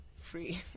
free